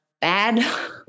bad